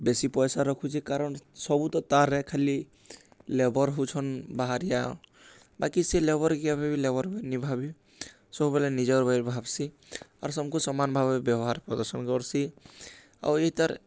ବେଶୀ ପଏସା ରଖୁଛେ କାରଣ୍ ସବୁ ତ ତାର୍ ଏ ଖାଲି ଲେବର୍ ହଉଛନ୍ ବାହାରିଆ ବାକି ସେ ଲେବର୍କେ କେବେ ବି ଲେବର୍ ନି ଭାବି ସବୁବେଳେ ନିଜର୍ ବଲି ଭାବ୍ସିଁ ଆର୍ ସବ୍କୁ ସମାନ୍ ଭାବେ ବ୍ୟବହାର୍ ପ୍ରଦର୍ଶନ୍ କର୍ସି ଆଉ ଇତାର୍